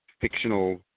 fictional